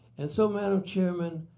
and so madam chair, um and